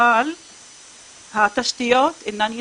אבל התשתיות אינן יציבות,